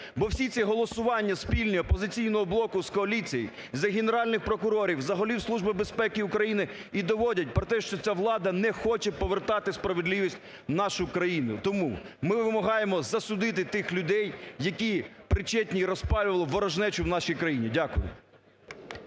Бо всі ці голосування спільні "Опозиційного блоку" з коаліцією за генеральних прокурорів, за голів Служби безпеки України і доводять про те, що ця влада не хоче повертати справедливість в нашу країну. Тому, ми вимагаємо засудити тих людей, які причетні і розпалювали ворожнечу в нашій країні. Дякую.